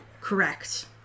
Correct